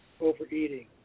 overeating